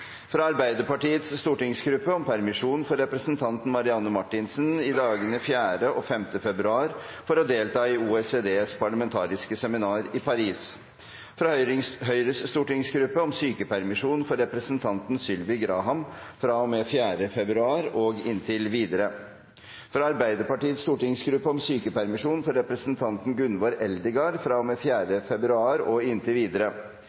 Fra Arbeiderpartiets stortingsgruppe om permisjon for representanten Marianne Marthinsen i dagene 4. og 5. februar for å delta i OECDs parlamentariske seminar i Paris. Fra Høyres stortingsgruppe om sykepermisjon for representanten Sylvi Graham fra og med 4. februar og inntil videre. Fra Arbeiderpartiets stortingsgruppe om sykepermisjon for representanten Gunvor Eldegard fra og med 4. februar og inntil videre.